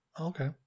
Okay